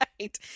Right